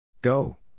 Go